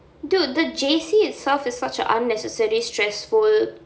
dude but J_C itself is such an unnecessary stressful